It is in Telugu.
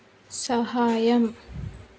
సహాయం